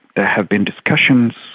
there have been discussions,